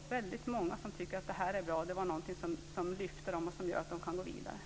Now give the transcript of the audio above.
Det är väldigt många som tycker att det här är bra, det var någonting som lyfte dem och gör att de kan gå vidare.